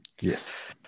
Yes